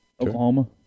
Oklahoma